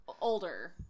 older